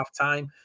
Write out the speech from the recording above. halftime